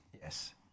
Yes